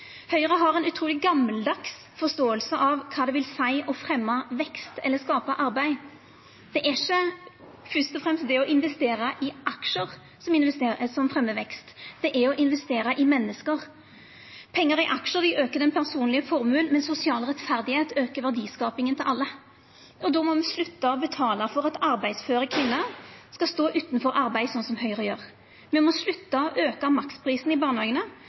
Høgre har ei utruleg gamaldags forståing av kva det vil seia å fremja vekst eller skapa arbeid. Det er ikkje først og fremst det å investera i aksjar som fremjar vekst, det er å investera i menneske. Pengar i aksjar vil auka den personlege formuen, men sosial rettferd aukar verdiskapinga til alle. Og då må me slutta å betala for at arbeidsføre kvinner skal stå utanfor arbeid – slik Høgre gjer. Me må slutta å auka maksprisane i